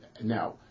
Now